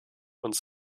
uns